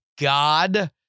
God